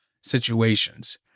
situations